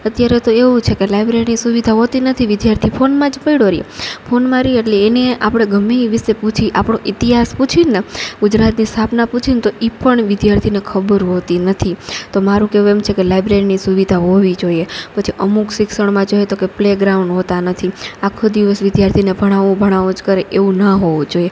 અત્યારે તો એવું છે કે લાઇબ્રેરી સુવિધા હોતી નથી વિદ્યાર્થી ફોનમાં જ પડ્યો રહે ફોનમાં રહે એટલે એને આપણે ગમે એ વિષે પૂછી આપણો ઇતિહાસ પૂછીને ગુજરાતની સ્થાપના પૂછીને તો એ પણ વિદ્યાર્થીને ખબર હોતી નથી તો મારું કહેવું એમ છે કે લાઇબ્રેરીની સુવિધા હોવી જોઈએ પછી અમુક શિક્ષણમાં જોઈએ તો કે પ્લેગ્રાઉન્ડ હોતા નથી આખો દિવસ વિદ્યાર્થીને ભણાવો ભણાવો જ કરે એવું ન હોવું જોઈએ